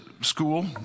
school